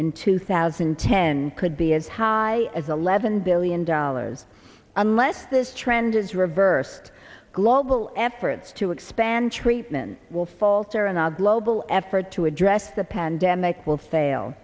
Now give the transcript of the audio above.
in two thousand and ten could be as high as eleven billion dollars unless this trend is reversed global efforts to expand treatment will falter in our global effort to address the pandemic will fail